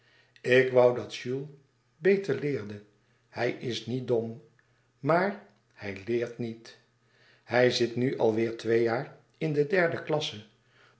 ik woû dat jules beter leerde hij is niet dom maar hij leert niet hij zit nu al weêr twee jaar in de derde klasse